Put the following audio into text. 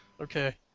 Okay